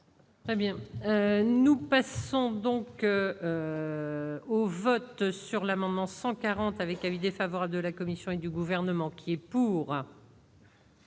Eh bien, nous passons donc. Au vote sur l'amendement 140 avec avis défavorable de la Commission et du gouvernement qui est pour.